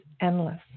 endless